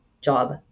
job